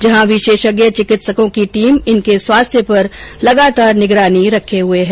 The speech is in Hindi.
जहां विशेषज्ञ चिकित्सकों की टीम इनके स्वास्थ्य पर लगातार निगरानी रखे हुए है